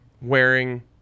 wearing